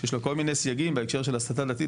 שיש לו כל מיני סייגים בהקשר של הסתה דתית,